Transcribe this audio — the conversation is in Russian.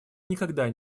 никогда